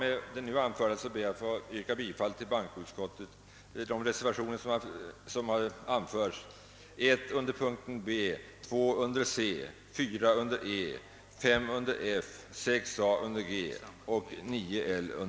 Med det anförda ber jag att få yrka bifall till reservationerna 1 a, 2 a, 4, 5, 6 a och 9 b.